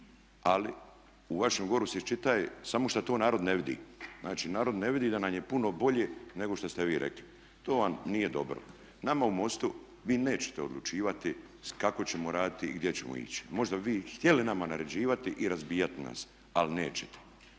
Ali u vašem govoru se iščitava, samo što to narod ne vidi, znači narod ne vidi da nam je puno bolje nego što ste vi rekli. To vam nije dobro, nama u MOST-u vi nećete odlučivati kako ćemo raditi i gdje ćemo ići. Možda bi vi htjeli nama naređivati i razbijati nas ali nećete.